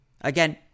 Again